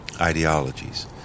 ideologies